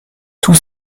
tous